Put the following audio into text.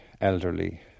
elderly